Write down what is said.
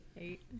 eight